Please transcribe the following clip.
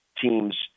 teams